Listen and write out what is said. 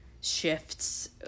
shifts